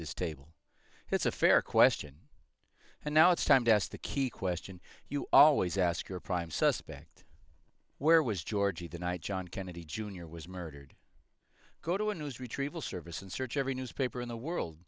this table it's a fair question and now it's time to ask the key question you always ask your prime suspect where was george the night john kennedy jr was murdered go to a news retrieval service and search every newspaper in the world